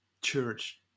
church